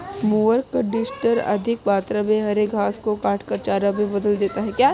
mower conditioner अधिक मात्रा में हरे घास को काटकर चारा में बदल देता है